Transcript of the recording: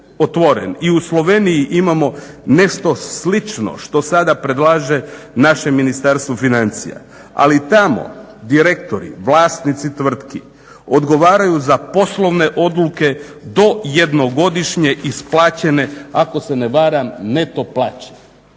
i u Sloveniji imamo nešto slično što sada predlaže naše Ministarstvo financija. Ali tamo direktori vlasnici tvrtki odgovaraju za poslovne odluke do jednogodišnje isplaćene ako se ne varam neto plaće.